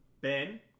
Ben